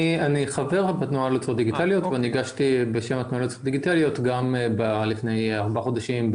אני חבר בתנועה לזכויות דיגיטליות ואני הגשתי בשמה לפני ארבעה חודשים,